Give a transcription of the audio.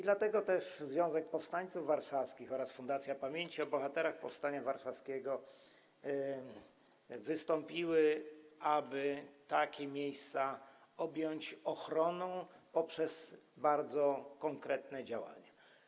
Dlatego też Związek Powstańców Warszawskich oraz Fundacja Pamięci o Bohaterach Powstania Warszawskiego wystąpiły o to, aby takie miejsca objąć ochroną poprzez bardzo konkretne działania.